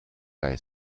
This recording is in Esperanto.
kaj